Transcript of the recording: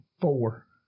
four